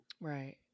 Right